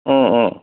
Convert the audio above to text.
ও ও